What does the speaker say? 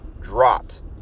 dropped